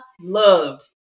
loved